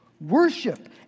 worship